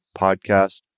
podcast